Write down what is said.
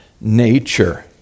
nature